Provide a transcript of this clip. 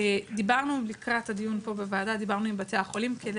דיברנו לקראת הדיון פה בוועדה עם בתי החולים כדי